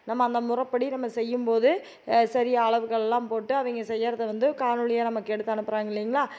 நம்ம அந்த முறைப்படி நம்ம செய்யும்போது சரியாக அளவுகள்லாம் போட்டு அவங்க செய்கிறத வந்து காணொளியாக நமக்கு எடுத்து அனுப்புகிறாங்க இல்லைங்களா